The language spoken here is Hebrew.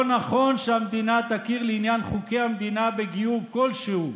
לא נכון שהמדינה תכיר בגיור כלשהו,